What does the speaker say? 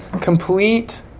complete